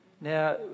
Now